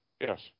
Yes